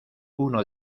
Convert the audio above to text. uno